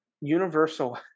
Universal